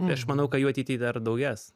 tai aš manau kad jų ateity dar daugės